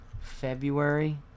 February